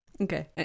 Okay